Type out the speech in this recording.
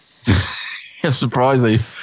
Surprisingly